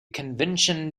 convention